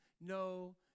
no